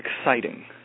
exciting